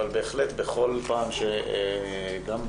אבל בהחלט בכל פעם בפניות,